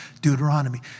Deuteronomy